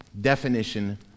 definition